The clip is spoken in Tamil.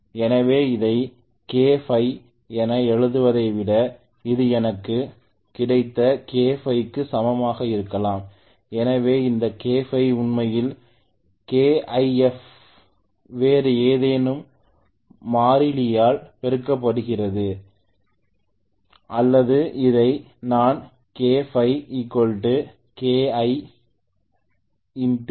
எனவே இதை kΦ என எழுதுவதை விட இது எனக்கு கிடைத்த kΦ க்கு சமமாக இருக்கலாம் எனவே இந்த kΦ உண்மையில் kIfl வேறு ஏதேனும் மாறிலியால் பெருக்கப்படுகிறது அல்லது இதை நான் kΦ K1 2